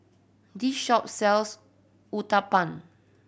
this shop sells Uthapam